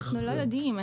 אנחנו לא יודעים.